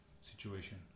situation